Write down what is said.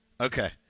okay